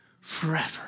forever